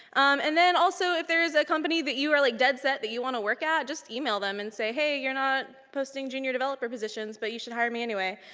and then also, if there is a company that you are like dead-set that you want to work at, just email them and say, hey, you're not posting junior developer positions, but you should hire me anyway.